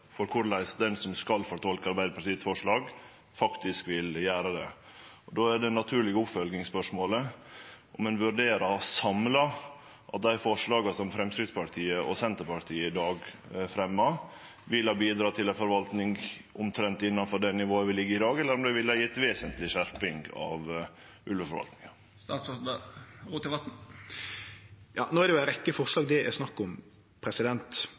for korleis den som skal fortolke Arbeidarpartiets forslag, faktisk vil gjere det. Då er det naturlege oppfølgingsspørsmålet om ein vurderer samla at dei forslaga som Framstegspartiet og Senterpartiet i dag fremjar, ville bidra til ei forvalting omtrent innanfor det nivået vi ligg på i dag, eller om dei ville ha gjeve vesentleg skjerping av ulveforvaltinga. No er det jo ei rekkje forslag det er snakk om.